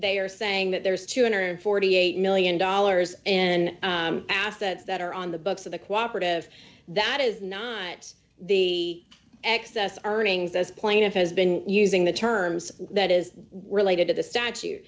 they are saying that there is two hundred and forty eight million dollars in assets that are on the books of the cooperate of that is not the excess earnings as plaintiff has been using the terms that is related to the statu